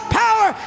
power